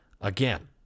again